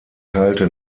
kalte